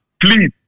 Please